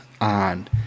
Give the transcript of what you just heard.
on